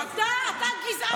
תאמין לי, זה בושה מה שקורה כאן.